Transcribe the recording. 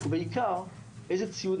ובעיקר איזה ציוד,